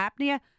apnea